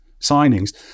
signings